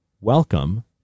Welcome